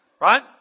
right